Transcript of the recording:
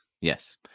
Yes